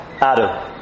Adam